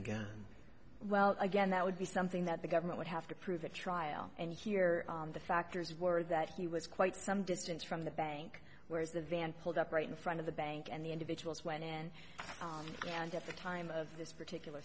again well again that would be something that the government would have to prove that trial and here the factors were that he was quite some distance from the bank whereas the van pulled up right in front of the bank and the individuals went in and at the time of this particular